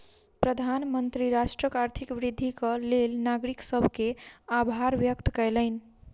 प्रधानमंत्री राष्ट्रक आर्थिक वृद्धिक लेल नागरिक सभ के आभार व्यक्त कयलैन